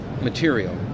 material